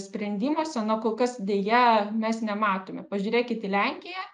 sprendimuose na kol kas deja mes nematome pažiūrėkit į lenkiją